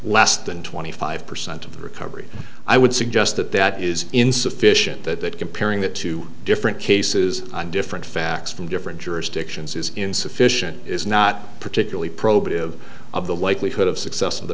less than twenty five percent of the recovery i would suggest that that is insufficient that comparing the two different cases and different facts from different jurisdictions is insufficient is not particularly probative of the likelihood of success of the